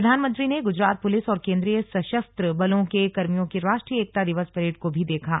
प्रधानमंत्री ने गुजरात पुलिस और केन्द्रीय सशस्त्र बलों के कर्मियों की राष्ट्रीय एकता दिवस परेड को भी देखा